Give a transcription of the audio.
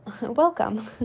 welcome